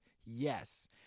Yes